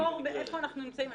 צריך לזכור איפה אנחנו נמצאים.